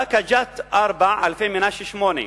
באקה-ג'ת, 4, אלפי-מנשה, 8,